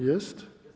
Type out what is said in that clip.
Jest.